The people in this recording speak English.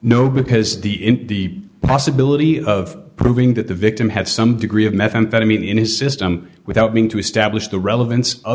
no because the in the possibility of proving that the victim had some degree of methamphetamine in his system without being to establish the relevance of